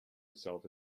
itself